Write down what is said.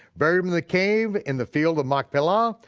buried him in the cave in the field of machpelah,